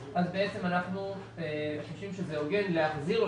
בעצם אנחנו חושבים שזה הוגן להחזיר לו